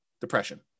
depression